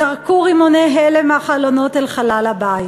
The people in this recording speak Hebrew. זרקו רימוני הלם מהחלונות אל חלל הבית.